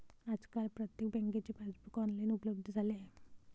आजकाल प्रत्येक बँकेचे पासबुक ऑनलाइन उपलब्ध झाले आहे